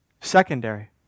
secondary